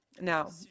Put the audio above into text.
Now